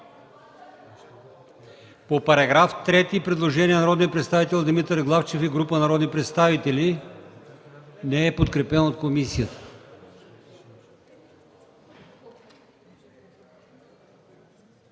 по § 3 предложението на народния представител Димитър Главчев и група народни представители, което не е подкрепено от комисията.